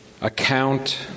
account